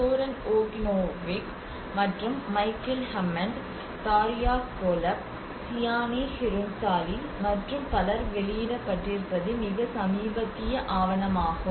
Soren Vojinovic மற்றும் Michael Hammond Daria Golab Chiyani Hirunsali மற்றும் பலர் வெளியிடப்பட்டிருப்பது மிக சமீபத்திய ஆவணம் ஆகும்